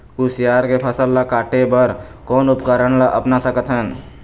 कुसियार के फसल ला काटे बर कोन उपकरण ला अपना सकथन?